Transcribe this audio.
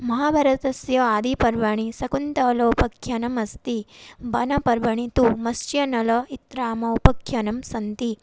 महाभारतस्य आदिपर्वणि शकुन्तलोपाख्यानम् अस्ति वनपर्वणि तु मत्स्यनल इत्रामोपाख्यानं सन्ति